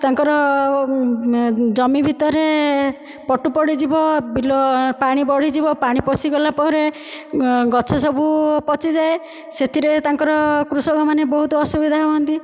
ତାଙ୍କର ଜମି ଭିତରେ ପଟୁ ପଡ଼ିଯିବ ବିଲ ପାଣି ବଢ଼ିଯିବ ପାଣି ପଶିଗଲା ପରେ ଗଛସବୁ ପଚିଯାଏ ସେଥିରେ ତାଙ୍କର କୃଷକମାନେ ବହୁତ ଅସୁବିଧା ହୁଅନ୍ତି